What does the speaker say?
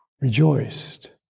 rejoiced